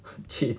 很 cheap